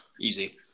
easy